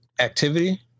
activity